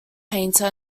painter